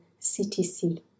CTC